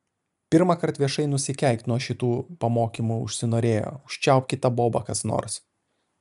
pirmąkart viešai nusikeikt nuo šitų pamokymų užsinorėjo užčiaupkit tą bobą kas nors